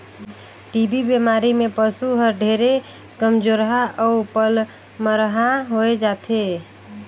TB बेमारी में पसु हर ढेरे कमजोरहा अउ पलमरहा होय जाथे